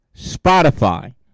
Spotify